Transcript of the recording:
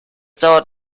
dauert